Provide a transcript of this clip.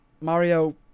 Mario